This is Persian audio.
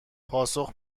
پاسخ